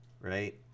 Right